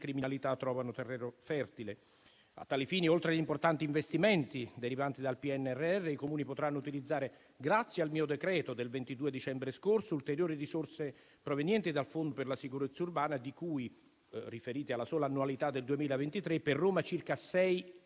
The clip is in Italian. A tali fini, oltre agli importanti investimenti derivanti dal PNRR, i Comuni potranno utilizzare, grazie al mio decreto del 22 dicembre scorso, ulteriori risorse provenienti dal fondo per la sicurezza urbana, di cui (riferite alla sola annualità del 2023) per Roma circa 6 milioni